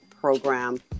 program